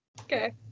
Okay